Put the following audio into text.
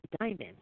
Diamond